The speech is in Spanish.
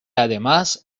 además